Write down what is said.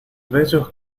bellos